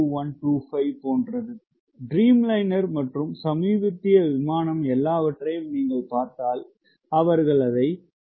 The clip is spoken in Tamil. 02125 போன்றது ட்ரீம்லைனர் மற்றும் சமீபத்திய விமானம் எல்லாவற்றையும் பார்த்தால் அவர்கள் அதை 0